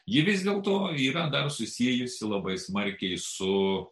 ji vis dėlto yra susijusi labai smarkiai su